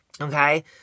Okay